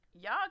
y'all